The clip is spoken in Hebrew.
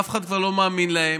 אף אחד כבר לא מאמין להם,